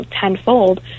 tenfold